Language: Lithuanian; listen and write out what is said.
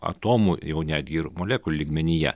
atomų jau netgi ir molekulių lygmenyje